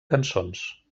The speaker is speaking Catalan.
cançons